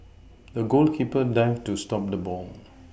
the goalkeeper dived to stop the ball